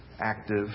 active